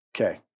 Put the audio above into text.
Okay